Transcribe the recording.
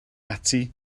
ati